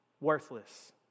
worthless